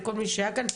לכל מי שהיה כאן,